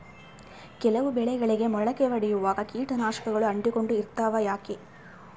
ಕೆಲವು ಬೆಳೆಗಳಿಗೆ ಮೊಳಕೆ ಒಡಿಯುವಾಗ ಕೇಟನಾಶಕಗಳು ಅಂಟಿಕೊಂಡು ಇರ್ತವ ಯಾಕೆ?